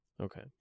Okay